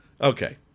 Okay